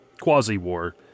quasi-war